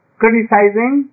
criticizing